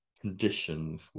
conditions